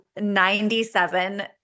97